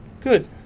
Good